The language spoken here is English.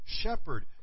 shepherd